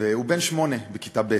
והוא בן שמונה, בכיתה ב'.